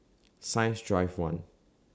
Science Drive one